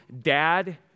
dad